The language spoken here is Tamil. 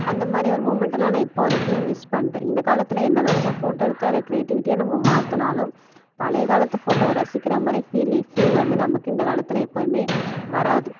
அந்த மாதிரி ஒரு மூமெண்ட்டலாம் நான் இப்போ வரைக்குமே மிஸ் பண்ணுறேன் இந்த காலத்தில் என்ன தான் நம்ம ஃபோட்டோ எடுத்து அத கிரியேட்டிவிட்டியாக நம்ம மாற்றுனாலும் பழைய காலத்து ஃபோட்டோவை ரசிக்கிற மாதிரியே பீல் பீல் வந்து நமக்கு இந்த காலத்தில் எப்போதுமே வராது